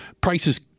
prices